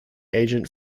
agent